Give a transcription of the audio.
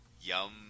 yum